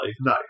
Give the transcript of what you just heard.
No